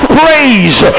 praise